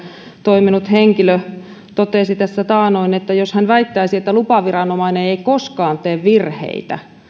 toiminut henkilö totesi tässä taannoin että jos hän väittäisi että lupaviranomainen ei ei koskaan tee virheitä